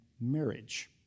marriage